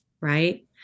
right